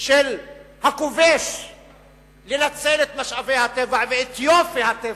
של הכובש לנצל את משאבי הטבע ואת יפי הטבע.